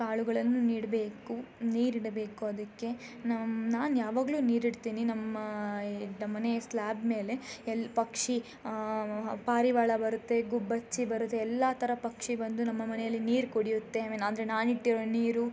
ಕಾಳುಗಳನ್ನು ನೀಡಬೇಕು ನೀರಿಡಬೇಕು ಅದಕ್ಕೆ ನಮ್ಮ ನಾನು ಯಾವಾಗಲೂ ನೀರಿಡ್ತೀನಿ ನಮ್ಮ ನಮ್ಮನೇ ಸ್ಲ್ಯಾಬ್ ಮೇಲೆ ಎಲ್ಲಿ ಪಕ್ಷಿ ಪಾರಿವಾಳ ಬರುತ್ತೆ ಗುಬ್ಬಚ್ಚಿ ಬರುತ್ತೆ ಎಲ್ಲ ಥರ ಪಕ್ಷಿ ಬಂದು ನಮ್ಮ ಮನೆಯಲ್ಲಿ ನೀರು ಕುಡಿಯುತ್ತೆ ಐ ಮೀನ್ ಅಂದರೆ ನಾನಿಟ್ಟಿರೋ ನೀರು